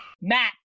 Matt